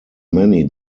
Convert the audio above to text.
many